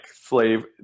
slave